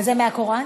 וזה מהקוראן?